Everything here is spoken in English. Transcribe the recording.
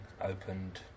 opened